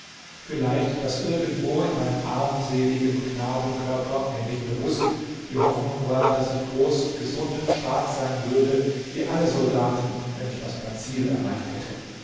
vielleicht daß irgendwo in meinem armseligen knabenkörper mir nicht bewußt die hoffnung war daß ich groß gesund stark sein würde wie alle soldaten wenn ich erst mein ziel erreicht hätte